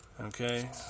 Okay